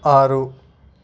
ಆರು